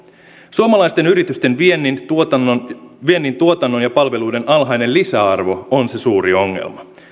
suomalaisten yritysten viennin tuotannon viennin tuotannon ja palveluiden alhainen lisäarvo on se suuri ongelma